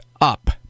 up